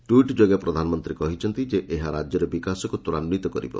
tweet ଯୋଗେ ପ୍ରଧାନମନ୍ତ୍ରୀ କହିଛନ୍ତି ଏହା ରାଜ୍ୟର ବିକାଶକୁ ତ୍ୱରାନ୍ୱିତ କରିବ